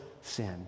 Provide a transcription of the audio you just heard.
sin